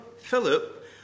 Philip